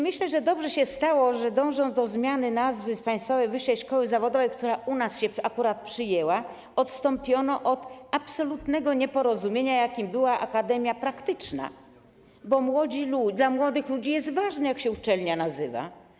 Myślę, że dobrze się stało, że dążąc do zmiany nazwy z państwowej wyższej szkoły zawodowej, która u nas akurat się przyjęła, odstąpiono od absolutnego nieporozumienia, jakim była akademia praktyczna, bo dla młodych ludzi jest ważne, jak uczelnia się nazywa.